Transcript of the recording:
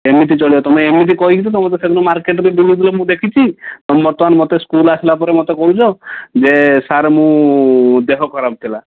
ଏମିତି ଚଳିବ ତୁମେ ଏମିତି କହିକିରି ତୁମେ ସେଦିନ ମାର୍କେଟରେ ବୁଲୁଥିଲ ମୁଁ ଦେଖିଛି ତୁମେ ବର୍ତ୍ତମାନ ମୋତେ ସ୍କୁଲ୍ ଆସିଲା ପରେ ମୋତେ କହୁଛ ଯେ ସାର୍ ମୁଁ ଦେହ ଖରାପ ଥିଲା